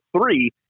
three